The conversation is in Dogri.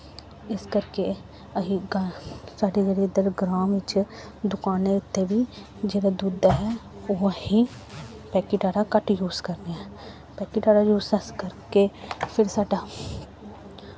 इस करके असी गां साढ़े जेह्ड़े इद्धर ग्रांऽ बिच्च दुकानें उत्ते बी जेह्ड़ा दुद्ध ऐ ओह् असीं पैकेट आह्ला घट्ट य़ूस करने आं पैकेट आह्ला अस यूस करगे फिर साढ़ा